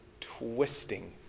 twisting